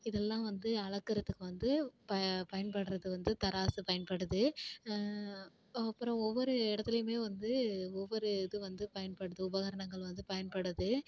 இதெல்லாம் வந்து அளக்கிறத்துக்கு வந்து ப பயன்படுறது வந்து தராசு பயன்படுது அப்புறம் ஓவ்வொரு இடத்துலையுமே வந்து ஓவ்வொரு இது வந்து பயன்படுது உபகரணங்கள் வந்து பயன்படுது